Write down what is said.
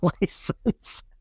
license